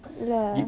ya